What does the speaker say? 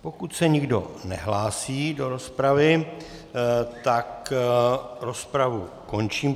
Pokud se nikdo nehlásí do rozpravy, tak rozpravu končím.